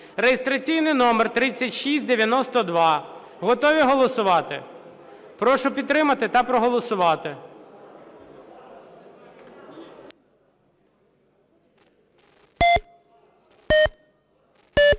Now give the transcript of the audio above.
(реєстраційний номер 3692). Готові голосувати? Прошу підтримати та проголосувати.